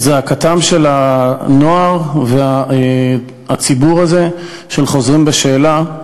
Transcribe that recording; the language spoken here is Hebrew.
להביא את זעקתם של הנוער והציבור הזה של חוזרים בשאלה.